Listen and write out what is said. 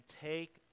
take